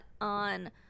on